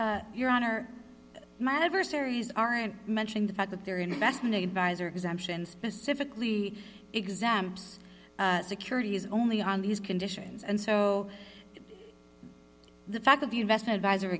minutes your honor my adversaries aren't mentioned the fact that their investment advisor exemption specifically exams security is only on these conditions and so the fact that the investment advisor